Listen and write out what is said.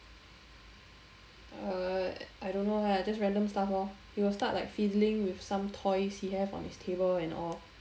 err I don't know lah just random stuff lor he will start like fiddling with some toys he have on his table and all